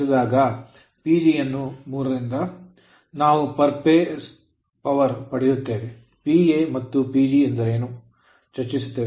ನಾವು per phase power ಪ್ರತಿ ಹಂತಕ್ಕೆ ಶಕ್ತಿ ಪಡೆಯುತ್ತೇವೆ PA ಮತ್ತು PG ಎಂದರೇನು ಎಂದು ಚರ್ಚಿಸುತ್ತೇವೆ